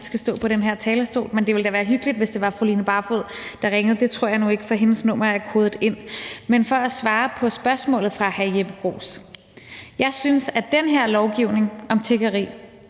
skal stå på den her talerstol. Men det ville da være hyggeligt, hvis det var fru Line Barfod, der ringede, men det tror jeg nu ikke, for hendes nummer er kodet ind. For at svare på spørgsmålet fra hr. Jeppe Bruus vil jeg sige, at jeg synes, den her lovgivning om tiggeri,